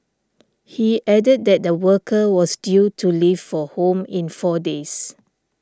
he added that the worker was due to leave for home in four days